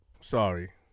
sorry